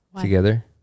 together